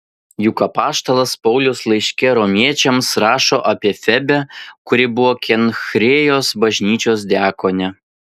juk apaštalaus paulius laiške romiečiams rašo apie febę kuri buvo kenchrėjos bažnyčios diakonė